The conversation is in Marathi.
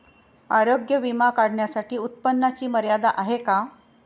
आरोग्य विमा काढण्यासाठी उत्पन्नाची मर्यादा आहे का?